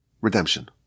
redemption